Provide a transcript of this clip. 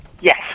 Yes